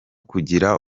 kugira